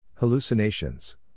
Hallucinations